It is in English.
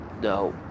no